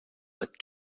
but